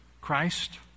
Christ